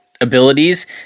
abilities